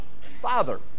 Father